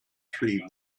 tree